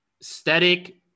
static